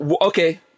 Okay